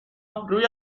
روی